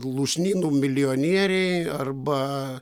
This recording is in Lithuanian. lūšnynų milijonieriai arba